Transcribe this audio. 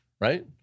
right